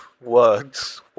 words